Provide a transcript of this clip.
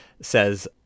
says